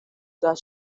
that